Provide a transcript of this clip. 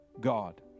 God